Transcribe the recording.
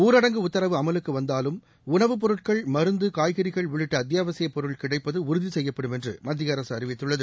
ஊரடங்கு உத்தரவு அமலுக்கு வந்தாலும் உணவுப் பொருட்கள் மருந்து காய்கறிகள் உள்ளிட்ட அத்தியாவசிப் பொருள் கிடைப்பது உறுதி செய்யப்படும் என்று மத்திய அரசு அறிவித்துள்ளது